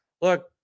Look